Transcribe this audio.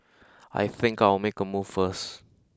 I think I'll make a move first